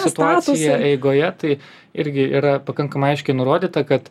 situacija eigoje tai irgi yra pakankamai aiškiai nurodyta kad